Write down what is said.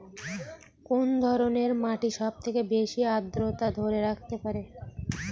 কোন ধরনের মাটি সবচেয়ে বেশি আর্দ্রতা ধরে রাখতে পারে?